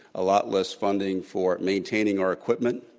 a lot less funding for maintaining our equipment,